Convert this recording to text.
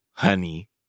Honey